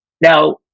Now